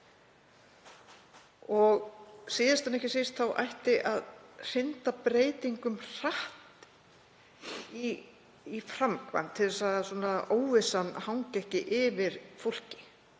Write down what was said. Og síðast en ekki síst ætti að hrinda breytingum hratt í framkvæmd til að óvissan hangi ekki yfir fólki.